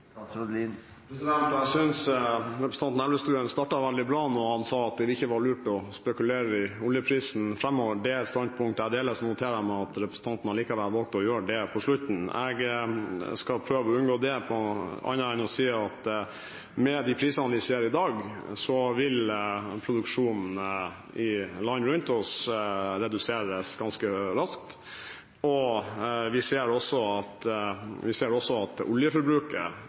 Jeg synes representanten Elvestuen startet veldig bra da han sa at det ikke var lurt å spekulere om oljeprisen framover. Det er et standpunkt jeg deler. Så noterer jeg meg at representanten likevel valgte å gjøre det på slutten. Jeg skal prøve å unngå det – annet enn å si at med de prisene vi ser i dag, vil produksjonen i landene rundt oss reduseres ganske raskt. Vi ser også at